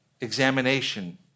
examination